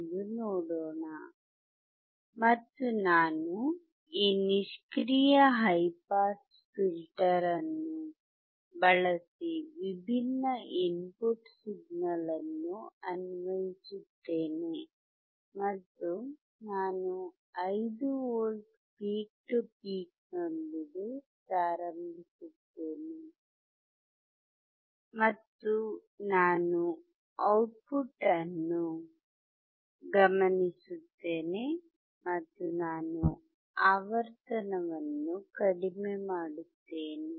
ಎಂದು ನೋಡೋಣ ಮತ್ತು ನಾನು ಈ ನಿಷ್ಕ್ರಿಯ ಹೈ ಪಾಸ್ ಫಿಲ್ಟರ್ ಅನ್ನು ಬಳಸಿ ವಿಭಿನ್ನ ಇನ್ಪುಟ್ ಸಿಗ್ನಲ್ ಅನ್ನು ಅನ್ವಯಿಸುತ್ತೇನೆ ಮತ್ತು ನಾನು 5 ವಿ ಪೀಕ್ ಟು ಪೀಕ್ನೊಂದಿಗೆ ಪ್ರಾರಂಭಿಸುತ್ತೇನೆ ಮತ್ತು ನಾನು ಔಟ್ಪುಟ್ ಅನ್ನು ಗಮನಿಸುತ್ತೇನೆ ಮತ್ತು ನಾನು ಆವರ್ತನವನ್ನು ಕಡಿಮೆ ಮಾಡುತ್ತೇನೆ